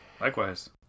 Likewise